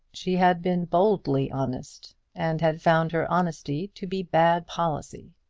she had been boldly honest, and had found her honesty to be bad policy.